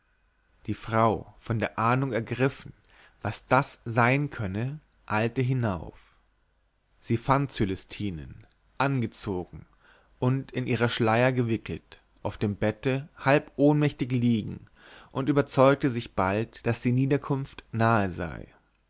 die frau von der ahnung ergriffen was das sein könne eilte hinauf sie fand cölestinen angezogen und in ihre schleier gewickelt auf dem bette halb ohnmächtig liegen und überzeugte sich bald daß die niederkunft nahe sei